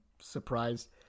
surprised